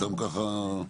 סתם ככה,